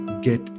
get